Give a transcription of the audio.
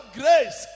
grace